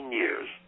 years